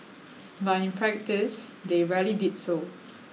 but in practice they rarely did so